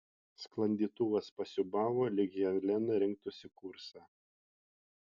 sklandytuvas pasiūbavo lyg helena rinktųsi kursą